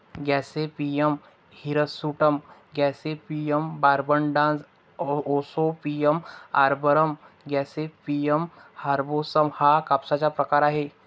Gossypium hirsutum, gossypium barbadense, gossypium arboreum, gossypium herbaceum हा कापसाचा प्रकार आहे